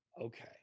Okay